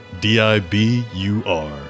D-I-B-U-R